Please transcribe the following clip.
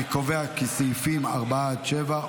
אני קובע כי סעיפים 5 7,